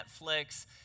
Netflix